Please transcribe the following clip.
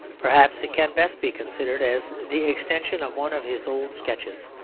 perhaps it can best be considered as the extension of one of his old sketches,